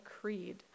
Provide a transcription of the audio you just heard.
creed